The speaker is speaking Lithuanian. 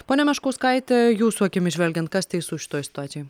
ponia meškauskaite jūsų akimis žvelgiant kas teisus šitoj situacijoj